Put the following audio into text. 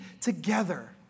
together